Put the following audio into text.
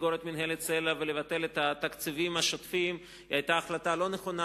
לסגור את מינהלת סל"ע ולבטל את התקציבים השוטפים היתה החלטה לא נכונה,